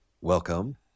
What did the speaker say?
Welcome